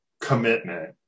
commitment